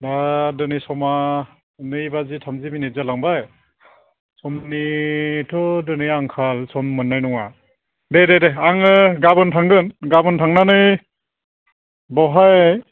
अह दिनै समा नै बाजि थामजि मिनिट जालांबाय समनिथ' दिनै आंखाल सम मोननाय नङा दे दे दे आङो गाबोन थांगोन गाबोन थांनानै बेवहाय